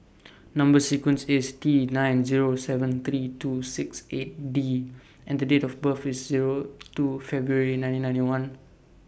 Number sequence IS T nine Zero seven three two six eight D and Date of birth IS Zero two February nineteen ninety one